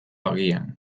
agian